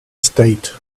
stayed